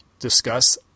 Discuss